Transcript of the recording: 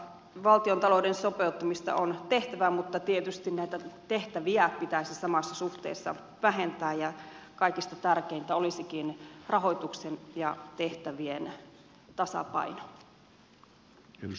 valtiontalouden sopeuttamista on tehtävä mutta tietysti näitä tehtäviä pitäisi samassa suhteessa vähentää ja kaikista tärkeintä olisikin rahoituksen ja tehtävien tasapaino